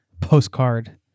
postcard